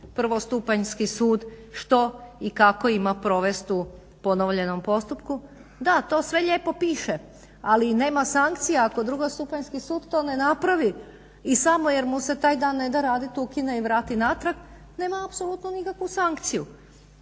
prvostupanjsku sud što i kako ima provest u ponovljenom postupku. Da, to sve lijepo piše, ali nema sankcija. Ako drugostupanjski sud to ne napravi i samo jer mu se taj dan neda raditi ukine i vrati natrag nema apsolutno nikakvu sankciju.